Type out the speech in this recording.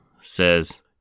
says